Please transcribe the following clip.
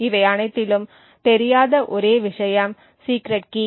இவை அனைத்திலும் தெரியாத ஒரே விஷயம் சீக்ரெட் கீ